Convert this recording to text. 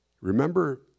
Remember